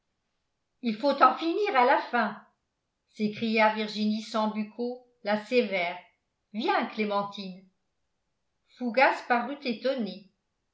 il faut en finir à la fin s'écria virginie sambucco la sévère viens clémentine fougas parut étonné